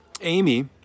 Amy